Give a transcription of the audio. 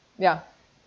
ya